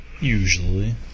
Usually